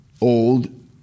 old